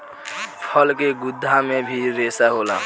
फल के गुद्दा मे भी रेसा होला